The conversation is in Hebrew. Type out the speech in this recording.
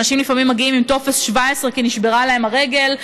אנשים לפעמים מגיעים עם טופס 17 כי נשברה להם הרגל,